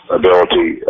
ability